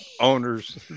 owners